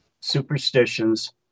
superstitions